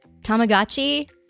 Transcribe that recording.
Tamagotchi